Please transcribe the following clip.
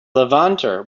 levanter